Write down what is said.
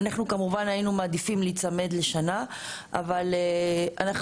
אנחנו כמובן היינו מעדיפים להיצמד לשנה אבל אנחנו